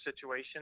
situation